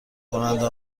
کننده